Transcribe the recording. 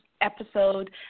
episode